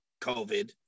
COVID